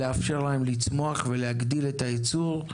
לאפשר להם לצמוח ולהגדיל את הייצור,